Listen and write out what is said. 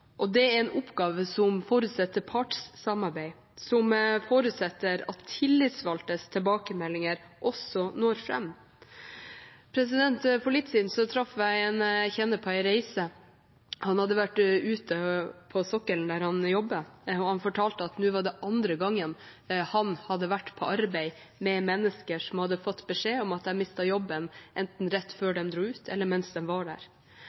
og det er en oppgave som forutsetter partssamarbeid, som forutsetter at tillitsvalgtes tilbakemeldinger også når fram. For litt siden traff jeg en jeg kjenner på en reise. Han hadde vært ute på sokkelen der han jobber, og han fortalte at nå var det andre gangen han hadde vært på arbeid med mennesker som hadde fått beskjed om at de mistet jobben, enten rett før de dro ut eller mens de var der.